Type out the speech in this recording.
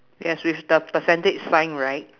yes with the percentage sign right